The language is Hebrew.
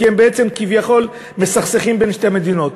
כי הם בעצם כביכול מסכסכים בין שתי מדינות.